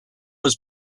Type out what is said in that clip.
was